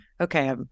okay